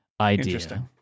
idea